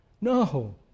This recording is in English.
no